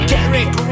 Derek